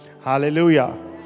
hallelujah